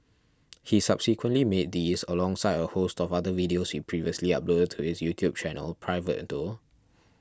he subsequently made these alongside a host of other videos he previously uploaded to his YouTube channel private though